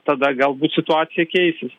tada galbūt situacija keisis